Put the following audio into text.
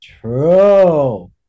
true